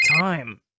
time